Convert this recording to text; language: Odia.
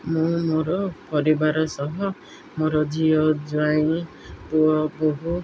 ମୁଁ ମୋର ପରିବାର ସହ ମୋର ଝିଅ ଜ୍ୱାଇଁ ପୁଅ ବୋହୁ